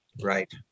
Right